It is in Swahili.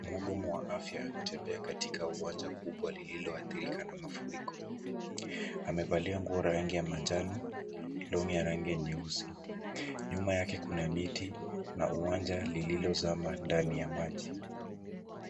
Mhudumu wa afya ametembea katika uwanja kubwa lililoathirika na mafuriko. Amevalia nguo la rangi ya manjano , long'i ya rangi ya nyeusi. Nyuma yake kuna miti na uwanja lililozama ndani ya maji.